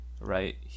right